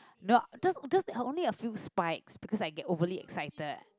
no just just only a few spikes because I get overly excited